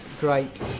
great